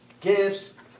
gifts